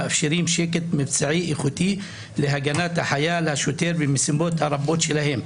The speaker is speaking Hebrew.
המאפשרים שקט מבצעי איכותי להגנת החייל השוטר במשימות הרבות שלהם,